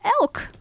Elk